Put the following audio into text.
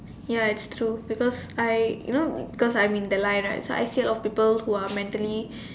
ya it's true because I you know because I'm in the line right so I see a lot of people who are mentally